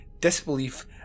disbelief